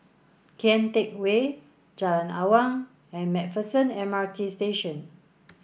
Kian Teck Way Jalan Awang and MacPherson M R T Station